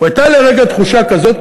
הייתה לרגע תחושה כזאת,